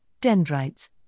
dendrites